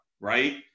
right